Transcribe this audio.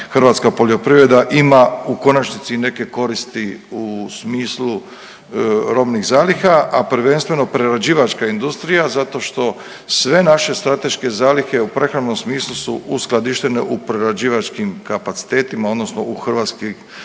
hrvatska poljoprivreda ima u konačnici neke koristi u smislu robnih zaliha, a prvenstveno prerađivačka industrija zato što sve naše strateške zalihe u prehrambenom smislu su uskladištene u prerađivačkim kapacitetima odnosno u hrvatskim